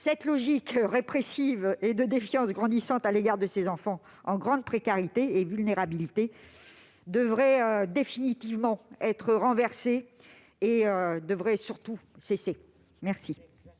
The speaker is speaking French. Cette logique répressive et de défiance grandissante à l'égard de ces enfants en grande précarité et vulnérabilité devrait définitivement être renversée et cesser. Quel